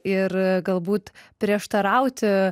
ir galbūt prieštarauti